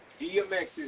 DMX's